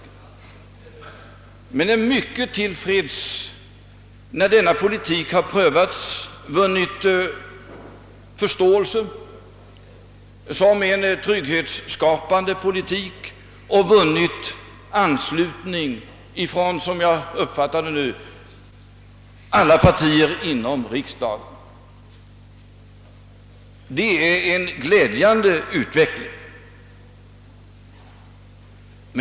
Vi är emellertid mycket till freds med att denna politik, när den nu har prövats, har vunnit förståelse som en trygghetsskapande politik och vunnit anslutning ifrån, som jag uppfattar det nu, alla partier inom riksdagen. Det är en glädjande utveckling.